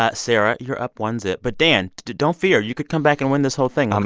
ah sarah, you're up one-zip. but, dan, don't fear. you could come back and win this whole thing, um